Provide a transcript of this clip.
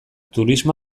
turismo